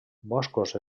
boscos